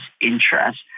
interest